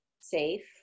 safe